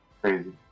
crazy